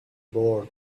born